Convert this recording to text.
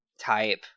type